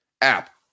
app